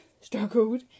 struggled